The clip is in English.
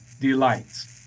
delights